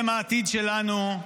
הם העתיד שלנו.